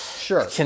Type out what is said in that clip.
Sure